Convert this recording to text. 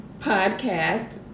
podcast